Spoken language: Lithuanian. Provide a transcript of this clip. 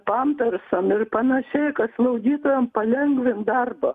pampersam ir panašiai kad slaugytojam palengvint darbą